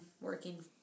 working